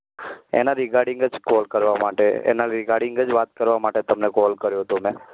એના રીગાર્ડિંગ જ કૉલ કરવા માટે એના રીગાર્ડિંગ જ વાત કરવા માટે તમને કૉલ કર્યો હતો મેં